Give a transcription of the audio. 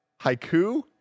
Haiku